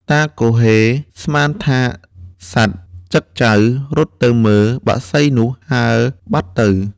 តាគហ៊េស្មានថាសត្វចឹកចៅ រត់ទៅមើល បក្សីនោះហើរបាត់ទៅ ។